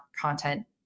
content